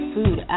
Food